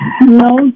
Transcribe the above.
No